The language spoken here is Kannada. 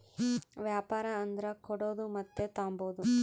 ವ್ಯಾಪಾರ ಅಂದರ ಕೊಡೋದು ಮತ್ತೆ ತಾಂಬದು